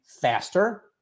faster